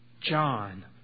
John